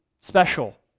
special